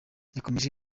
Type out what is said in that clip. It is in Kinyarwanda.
yakomeje